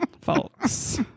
folks